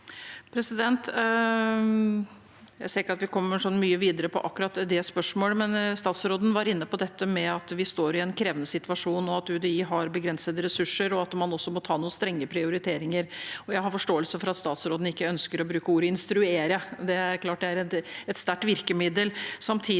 Jeg ser ikke at vi kom- mer så mye videre i akkurat dette spørsmålet. Statsråden var inne på at vi står i en krevende situasjon, at UDI har begrensede ressurser, og at man også må foreta noen strenge prioriteringer. Jeg har forståelse for at statsråden ikke ønsker å bruke ordet «instruere». Det er klart at det er et sterkt virkemiddel.